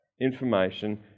information